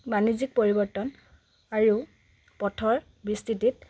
বাণিজ্যিক পৰিৱৰ্তন আৰু পথৰ বিস্তৃতি